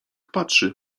patrzy